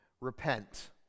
Repent